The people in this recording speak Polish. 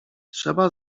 trzeba